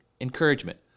encouragement